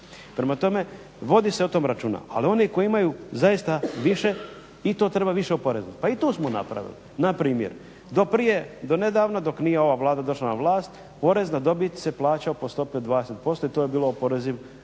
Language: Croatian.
Prema tome, vodi se o tome računa. Ali oni koji imaju zaista više i to treba više oporezovati. Pa i to smo napravili. Na primjer, do prije, do nedavno dok nije ova Vlada došla na vlast porez na dobit se plaćao po stopi od 20% i to je oporezivo